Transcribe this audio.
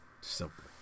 Simple